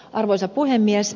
arvoisa puhemies